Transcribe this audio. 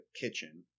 kitchen